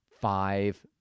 five